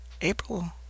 April